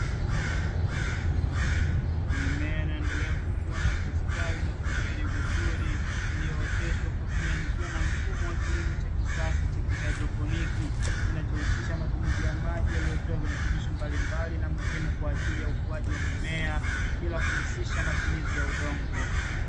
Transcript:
Mimea inaendelea kukua na kustawi na kunawili vizuri ilioteshwa kwa kutumia njia na mfumo wa kilimo cha kisasa cha kihaidroponi, kinachohusisha matumizi ya maji yaliyo tiwa virutubisho mbalimbali na muhimu kwa qjili ya ukuaji wa mimea bila kuhusisha matumizi ya udongo.